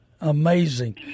Amazing